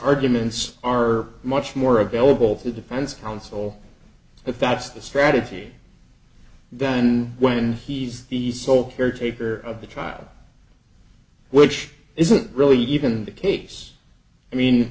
arguments are much more available to defense counsel if that's the strategy than when he's the sole caretaker of the trial which isn't really even the case i mean